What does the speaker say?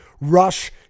Rush